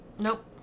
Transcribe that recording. Nope